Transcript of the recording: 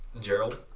Gerald